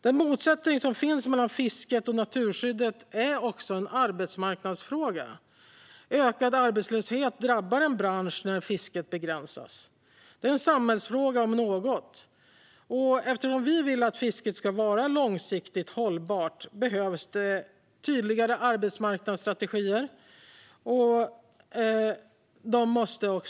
Den motsättning som finns mellan fisket och naturskyddet är också en arbetsmarknadsfråga. Ökad arbetslöshet drabbar en bransch när fisket begränsas. Detta är en samhällsfråga om något. Eftersom vi vill att fisket ska vara långsiktigt hållbart behövs det tydligare och bättre arbetsmarknadsstrategier.